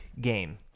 game